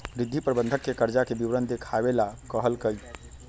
रिद्धि प्रबंधक के कर्जा के विवरण देखावे ला कहलकई